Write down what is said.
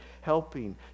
helping